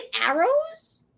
arrows